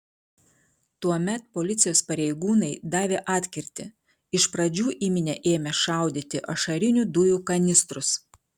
tuomet policijos pareigūnai davė atkirtį iš pradžių į minią ėmė šaudyti ašarinių dujų kanistrus